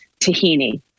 tahini